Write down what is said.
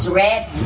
red